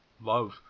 love